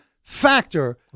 Factor